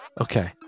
Okay